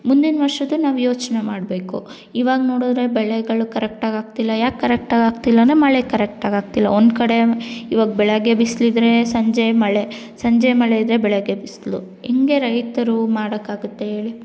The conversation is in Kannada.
ಮುಂದಿನ ವರ್ಷದು ನಾವು ಯೋಚನೆ ಮಾಡಬೇಕು ಇವಾಗ ನೋಡಿದ್ರೆ ಬೆಳೆಗಳು ಕರೆಕ್ಟಾಗಿ ಆಗ್ತಿಲ್ಲ ಯಾಕೆ ಕರೆಕ್ಟಾಗಿ ಆಗ್ತಿಲ್ಲ ಅಂದರೆ ಮಳೆ ಕರೆಕ್ಟಾಗಿ ಆಗ್ತಿಲ್ಲ ಒಂದು ಕಡೆ ಇವಾಗ ಬೆಳಿಗ್ಗೆ ಬಿಸಿಲಿದ್ರೆ ಸಂಜೆ ಮಳೆ ಸಂಜೆ ಮಳೆ ಇದ್ರೆ ಬೆಳಿಗ್ಗೆ ಬಿಸಿಲು ಹಿಂಗೆ ರೈತರು ಮಾಡೋಕ್ಕಾಗುತ್ತ ಹೇಳಿ